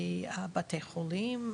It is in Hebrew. מבתי החולים,